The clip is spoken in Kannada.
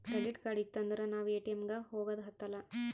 ಕ್ರೆಡಿಟ್ ಕಾರ್ಡ್ ಇತ್ತು ಅಂದುರ್ ನಾವ್ ಎ.ಟಿ.ಎಮ್ ಗ ಹೋಗದ ಹತ್ತಲಾ